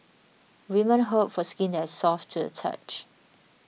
women hope for skin that is soft to the touch